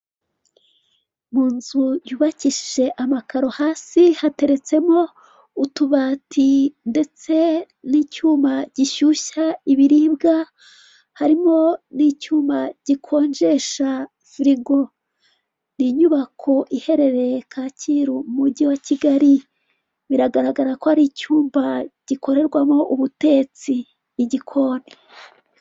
Mu nzu yubakishije amakaro hasi, hateretsemo utubati ndetse n'icyuma gishyushya ibiribwa, harimo n'icyuma gikonjesha firigo, ni inyubako iherereye Kacyiru mu mugi wa Kigali, biragaragara ko hari icyumba gikorerwamo ubutetsi, igikoni.